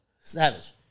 Savage